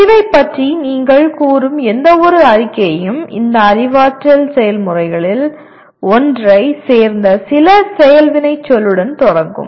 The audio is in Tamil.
முடிவைப் பற்றி நீங்கள் கூறும் எந்தவொரு அறிக்கையும் இந்த அறிவாற்றல் செயல்முறைகளில் ஒன்றைச் சேர்ந்த சில செயல் வினைச்சொல்லுடன் தொடங்கும்